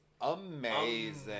amazing